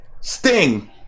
sting